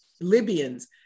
Libyans